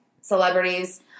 celebrities